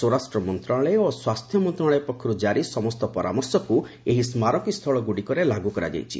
ସ୍ୱରାଷ୍ଟ୍ର ମନ୍ତ୍ରଣାଳୟ ଓ ସ୍ୱାସ୍ଥ୍ୟ ମନ୍ତ୍ରଣାଳୟ ପକ୍ଷରୁ ଜାରି ସମସ୍ତ ପରାମର୍ଶକୁ ଏହି ସ୍କାରକୀସ୍ଥଳଗୁଡ଼ିକରେ ଲାଗୁ କରାଇଛି